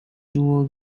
dual